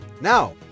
Now